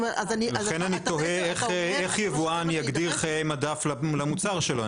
לכן אני תוהה איך יבואן יגדיר חיי מדף למוצר שלו?